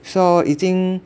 so 已经